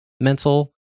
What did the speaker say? mental